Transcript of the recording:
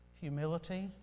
humility